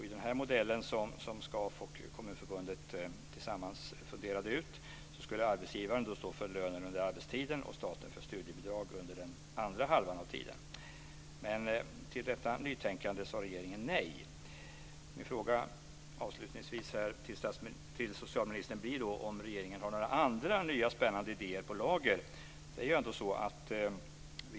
I den modell som SKAF och Kommunförbundet funderade ut tillsammans skulle arbetsgivaren stå för lönen under arbetstiden och staten för studiebidrag under den andra halvan av tiden. Men regeringen sade nej till detta nytänkande. Min fråga till socialministern blir då om regeringen har några andra nya spännande idéer på lager.